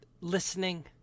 listening